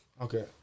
okay